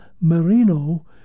Marino